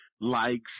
likes